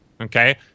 Okay